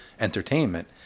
Entertainment